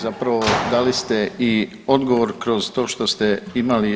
Zapravo dali ste i odgovor kroz to što ste imali reći.